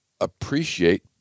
appreciate